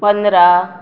पंदरा